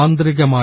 യാന്ത്രികമായി